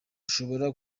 ushobora